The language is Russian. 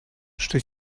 что